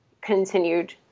continued